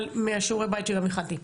משיעורי הבית שגם הכנתי.